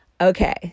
Okay